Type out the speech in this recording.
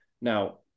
Now